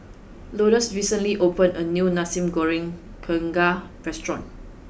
Lourdes recently opened a new Nasi Goreng Kerang restaurant